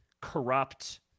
corrupt